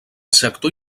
sector